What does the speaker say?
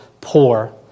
poor